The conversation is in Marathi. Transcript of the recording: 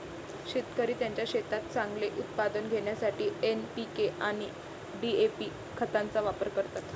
शेतकरी त्यांच्या शेतात चांगले उत्पादन घेण्यासाठी एन.पी.के आणि डी.ए.पी खतांचा वापर करतात